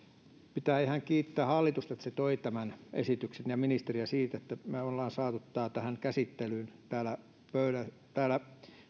pitää ihan kiittää hallitusta että se toi tämän esityksen ja ministeriä että me olemme saaneet tämän käsittelyyn täällä